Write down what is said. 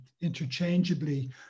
interchangeably